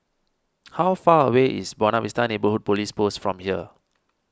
how far away is Buona Vista Neighbourhood Police Post from here